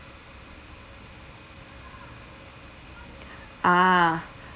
ah